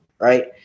right